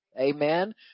amen